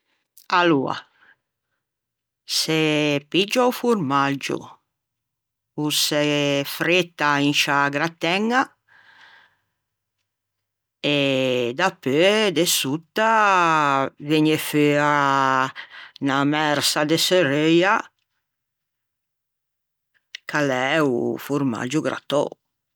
aloa. Se piggia o formaggio o se fretta in sciâ grattæña e dapeu de sotta vëgne feua 'na mersa de serreuia ch'a l'é o formaggio grattou